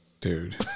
Dude